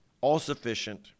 all-sufficient